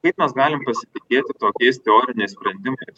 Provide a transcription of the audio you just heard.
kaip mes galim pasitikėti tokiais teoriniais sprendimais